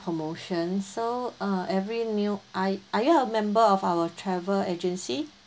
promotion so uh every meal are are you a member of our travel agency